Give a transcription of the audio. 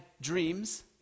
dreams